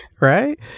Right